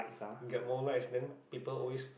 get more likes then people always